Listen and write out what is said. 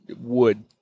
wood